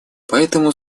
поэтому